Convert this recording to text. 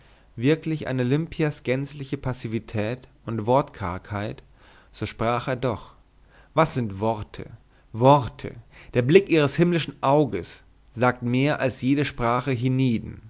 wirklich an olimpias gänzliche passivität und wortkargheit so sprach er doch was sind worte worte der blick ihres himmlischen auges sagt mehr als jede sprache